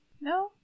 no